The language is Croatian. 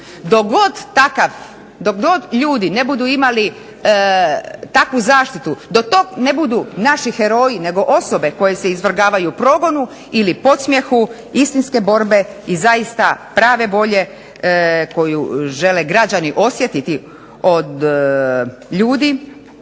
god ljudi ne budu imali takvu zaštitu, dok god ne budu naši heroji, nego osobe koje se izvrgavaju progonu ili podsmijehu, istinske borbe i zaista prave volje koju žele građani osjetiti od ljudi